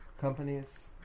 companies